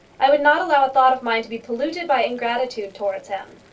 i would not allow a thought of mine to be polluted by ingratitude towards him.